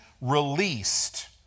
released